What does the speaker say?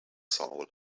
soul